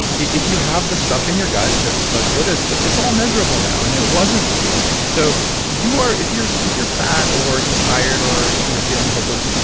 if you have the stuff in your gut that's susceptible, it is but it's all measurable now and it wasn't before. so you are, if you're if you're fat or you're tired or you're feeling hopeless,